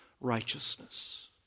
righteousness